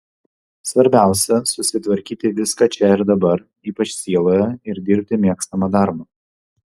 svarbiausia susitvarkyti viską čia ir dabar ypač sieloje ir dirbti mėgstamą darbą